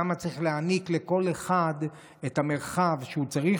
כמה מרחק צריך להעניק לכל אחד בהתאם למה שהוא צריך?